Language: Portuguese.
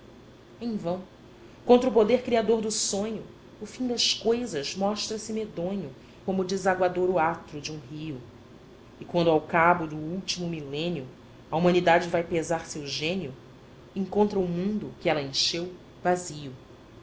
em vão contra o poder criador do sonho o fim das coisas mostra-se medonho como o desaguadouro atro de um rio e quando ao cabo do último milênio a humanidade vai pesar seu gênio encontra o mundo que ela encheu vazio